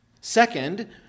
second